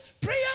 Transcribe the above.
Prayer